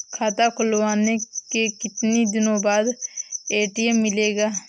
खाता खुलवाने के कितनी दिनो बाद ए.टी.एम मिलेगा?